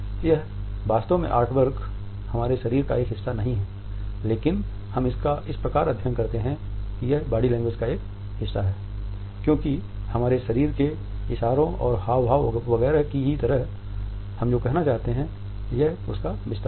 यह वास्तव में आर्टवर्क हमारे शरीर का एक हिस्सा नहीं है लेकिन हम इसका इस प्रकार अध्ययन करते हैं कि यह बॉडी लैंग्वेज का एक हिस्सा है क्योंकि हमारे शरीर के इशारों और हावभाव वगैरह की ही तरह हम जो कहना चाहते हैं यह उसका विस्तार है